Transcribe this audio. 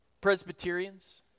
Presbyterians